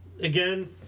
again